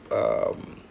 um